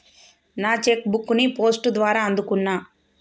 నా cheque book ని post ద్వారా అందుకున్నా